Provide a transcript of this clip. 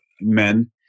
men